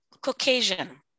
Caucasian